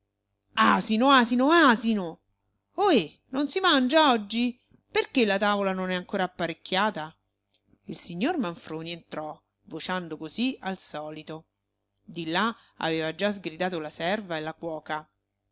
da balia asino asino asino ohé non si mangia oggi perché la tavola non è ancora apparecchiata il signor manfroni entrò vociando così al solito di là aveva già sgridato la serva e la cuoca